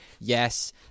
Yes